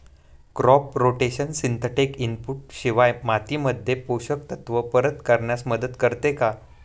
Crop rotation synthetic input शिवाय मातीमध्ये पोषक तत्त्व परत करण्यास मदत करते का?